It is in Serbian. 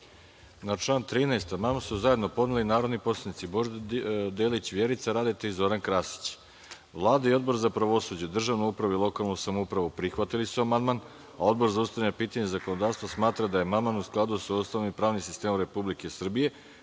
član 13. Amandman su zajedno podneli narodni poslanici Božidar Delić, Vjerica Radeta i Zoran Krasić. Vlada i Odbor za pravosuđe, državnu upravu i lokalnu samoupravu prihvatili su amandman. Odbor za ustavna pitanja i zakonodavstvo smatra da je amandman u skladu sa Ustavom i pravnim sistemom Republike